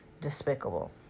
despicable